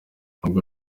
ubwo